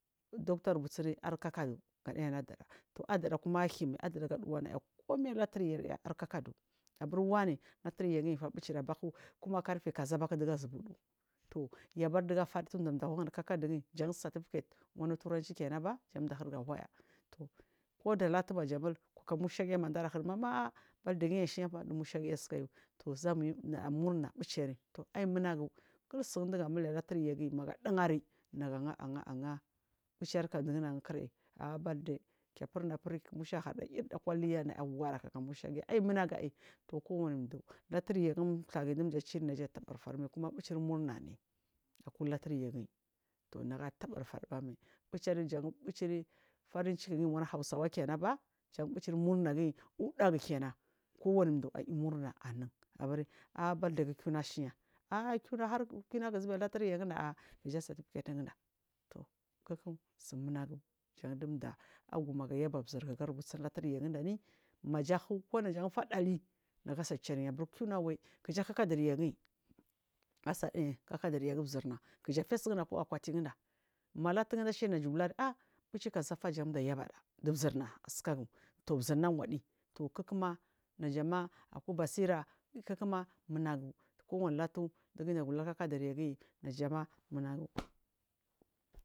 Doctor aruburi arkakkadu ga niyanu ada ɗatu adaɗaku ma ahimai adaɗa gaɗuwan kumai latur yar a arkakka du abur wane latur yagiyi nifa bucir abaku kuma karfe kaza baku dugazuba tuu yabar dugafarsu jan dawankakkadugiyi jan certificate wanu turanci kenanba janda hirga waya kuda latumaja mul mushagiya madare hir mama birthday giyi ashiyafa dumushagiya cesukayu tuzam uyi naya murna buciri tu aiy munagu kilsun duga mule latur yagiyi maga digan naga aga aga bucirkam dugunagun kiral a bathday kefur nafur musha hadu irda kuhya naya gara kaka mushagiya ai munagu ai tu kowani duu latur yagun thiyinyi dindaci naja tabar farmai huma bucir mumane akulatul yagiyi nagataban fadbamai bucir jan buciri farinciki giyi wanu hausawaba jan bucir murnagiyi uɗagu kenan kow aniduu aiyu murna anun aa birthday gu kina shiya aa kina gazube latur yaginda kijasin dare ginda sumunagu jan du daa agu maga yaba zirga rubutur latur yaginda amu maja hu kunajah fah ɗari ga cilyi abur kina waiy kija kalkadur goyi kakkadur yagu zirna keja faiy sugunda aku akwati gunda malatun shin najaluri aa bucikazafa janja yabaɗa duv zirna asukagu tu zirna waɗi tu kikma najama aku basira kikkuma munagu kuwani latu digu diga lurk ah kadur yagiyi najama munagu.